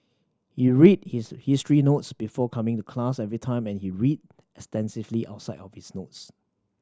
he read his history notes before coming to class every time and he read extensively outside of his notes